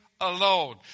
Alone